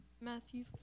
Matthew